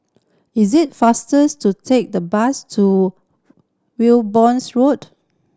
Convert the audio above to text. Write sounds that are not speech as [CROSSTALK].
is it faster [UNINTELLIGIBLE] to take the bus to [UNINTELLIGIBLE] Road